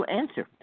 answer